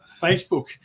facebook